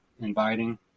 inviting